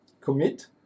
commit